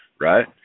right